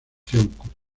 educación